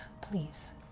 please